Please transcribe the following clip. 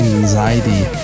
anxiety